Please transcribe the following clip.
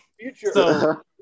future